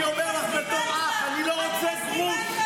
אני אומר לך בתור אח, אני לא רוצה גרוש.